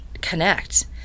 connect